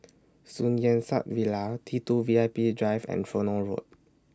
Sun Yat Sen Villa T two V I P Drive and Tronoh Road